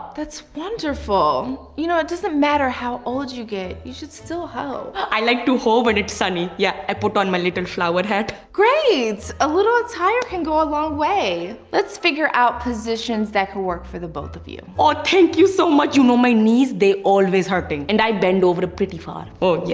that's wonderful. you know, it doesn't matter how old you get, you should still hoe. i like to ho when it's sunny. yeah, i put on my little flower hat. great! a little attire can go a long way. let's figure out positions that could work for the both of you. oh, thank you so much. you know, my knees they always hurting. and i bend over pretty far. oh, yeah,